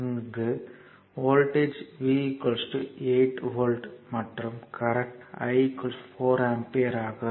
இங்கு voltage V 8 volt மற்றும் current I 4 ampere ஆகும்